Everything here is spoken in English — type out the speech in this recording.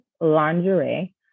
Lingerie